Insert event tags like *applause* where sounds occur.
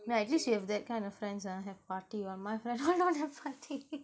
right least we have that kind of friends ah have party [one] my friend all *laughs* don't have party